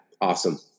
Awesome